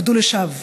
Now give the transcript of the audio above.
אבדו לשווא.